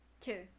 Two